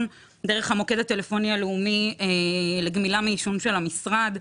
דרך המוקד הטלפוני הלאומי לגמילה מעישון של המשרד.